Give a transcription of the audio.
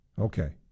Okay